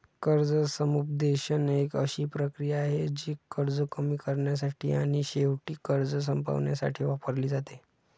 कर्ज समुपदेशन एक अशी प्रक्रिया आहे, जी कर्ज कमी करण्यासाठी आणि शेवटी कर्ज संपवण्यासाठी वापरली जाते